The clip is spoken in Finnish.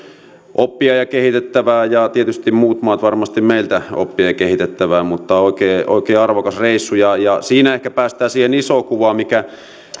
oppia ja kehitettävää ja tietysti muut maat varmasti meiltä oppia ja kehitettävää oikein oikein arvokas reissu siitä ehkä päästään siihen isoon kuvaan mikä